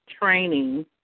training